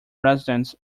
residents